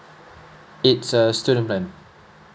it's a student plan